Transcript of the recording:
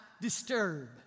disturb